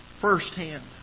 firsthand